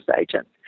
agents